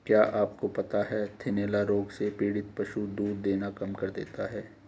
क्या आपको पता है थनैला रोग से पीड़ित पशु दूध देना कम कर देता है?